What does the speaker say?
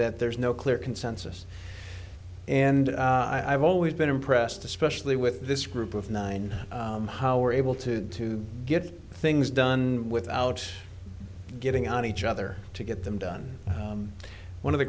that there's no clear consensus and i've always been impressed especially with this group of nine how we're able to get things done without getting on each other to get them done one of the